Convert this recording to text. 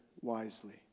wisely